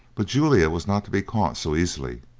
but julia was not to be caught so easily.